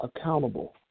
accountable